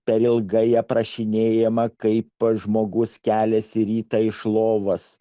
per ilgai aprašinėjama kaip žmogus keliasi rytą iš lovos